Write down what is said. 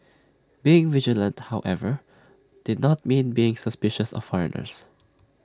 being vigilant however did not mean being suspicious of foreigners